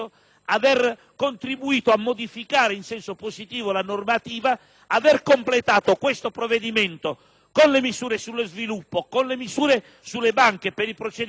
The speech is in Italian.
con le misure sullo sviluppo, con le misure sulle banche per i procedimenti finanziari (provvedimento che abbiamo approvato di recente in questa Camera), aver in animo di approvare